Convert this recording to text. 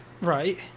Right